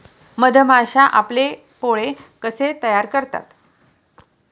मधमाश्या आपले पोळे कसे तयार करतात?